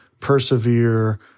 persevere